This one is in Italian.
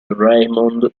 raymond